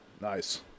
Nice